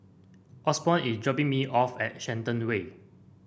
Osborn is dropping me off at Shenton Way